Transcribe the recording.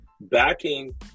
backing